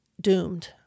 doomed